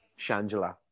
Shangela